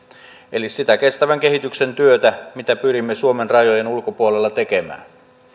eli sitä kestävän kehityksen työtä mitä pyrimme suomen rajojen ulkopuolella tekemään